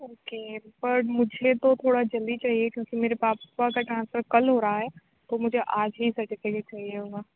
okay پر مجھے تو تھوڑا جلدی چاہیے کیونکہ میرے پاپا کا ٹرانسفر کل ہو رہا ہے تو مجھے آج ہی سرٹیفکیٹ چاہیے ہوگا